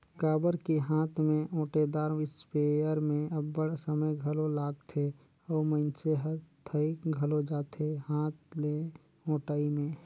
काबर कि हांथ में ओंटेदार इस्पेयर में अब्बड़ समे घलो लागथे अउ मइनसे हर थइक घलो जाथे हांथ ले ओंटई में